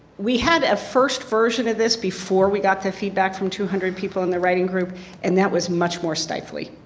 we had a first version of this before we got the feedback from the two hundred people in the writing group and that was much more stifling.